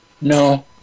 no